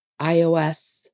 iOS